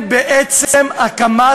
למה?